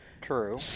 True